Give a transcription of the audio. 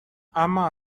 اما